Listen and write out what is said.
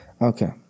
Okay